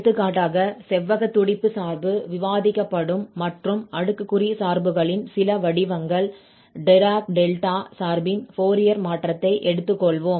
எடுத்துக்காட்டாக செவ்வக துடிப்பு சார்பு விவாதிக்கப்படும் மற்றும் அடுக்குக்குறி சார்புகளின் சில வடிவங்கள் டிராக் - டெல்டா சார்பின் ஃபோரியர் மாற்றத்தை எடுத்துக் கொள்வோம்